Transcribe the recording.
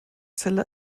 celle